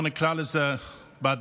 בוא נקרא לזה בעדינות,